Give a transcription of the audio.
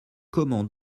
comment